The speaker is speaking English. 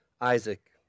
Isaac